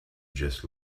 just